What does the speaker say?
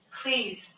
please